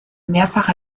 mehrfach